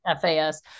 FAS